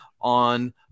on